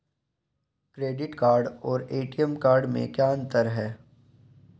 Credit card और ATM card में क्या अंतर है?